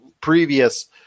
previous